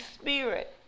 Spirit